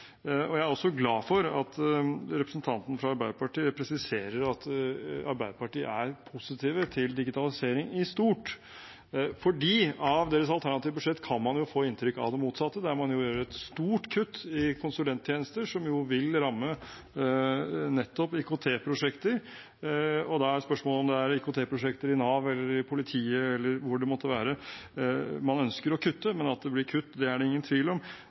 Jeg er også glad for at representanten fra Arbeiderpartiet presiserer at Arbeiderpartiet er positive til digitalisering i stort, for av deres alternative budsjett kan man få inntrykk av det motsatte, der man gjør et stort kutt i konsulenttjenester som jo vil ramme nettopp IKT-prosjekter. Da er spørsmålet om det er IKT-prosjekter i Nav eller i politiet, eller hvor det måtte være man ønsker å kutte, men at det blir kutt, er det ingen tvil om.